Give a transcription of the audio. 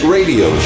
Radio